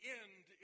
end